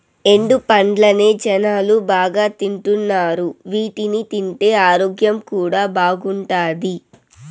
ఎండు పండ్లనే జనాలు బాగా తింటున్నారు వీటిని తింటే ఆరోగ్యం కూడా బాగుంటాది